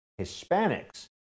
Hispanics